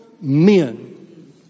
men